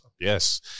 Yes